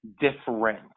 different